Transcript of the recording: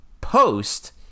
post